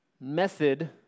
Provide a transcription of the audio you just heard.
method